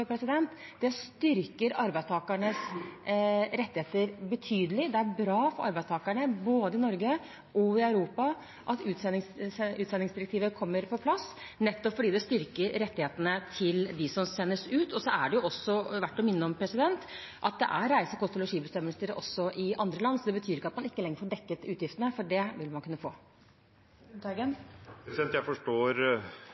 kommer på plass – nettopp fordi det styrker rettighetene til dem som sendes ut. Det er også verdt å minne om at det er bestemmelser om reise, kost og losji også i andre land, så det betyr ikke at man ikke lenger får dekket utgiftene, for det vil man kunne